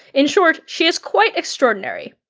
in short, she is quite extraordinary.